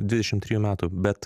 dvidešim trijų metų bet